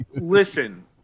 listen